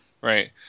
Right